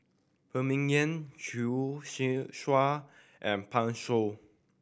Phan Ming Yen Choor Singh and Pan Shou